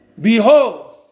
Behold